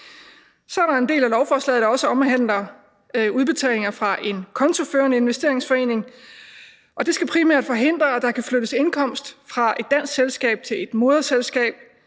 Så er der også en del af lovforslaget, der omhandler udbetalinger fra en kontoførende investeringsforening, og det skal primært forhindre, at der kan flyttes indkomst fra et dansk selskab til et moderselskab,